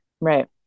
Right